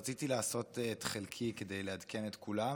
רציתי לעשות את חלקי כדי לעדכן את כולם.